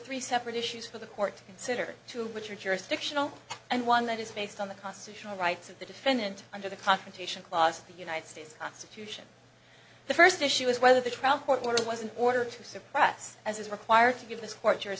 three separate issues for the court to consider two which are jurisdictional and one that is based on the constitutional rights of the defendant under the confrontation clause of the united states constitution the first issue is whether the trial court order was an order to suppress as is required to give th